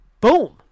boom